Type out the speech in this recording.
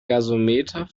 gasometer